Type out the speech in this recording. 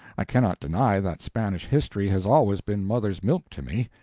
i cannot deny that spanish history has always been mother's milk to me.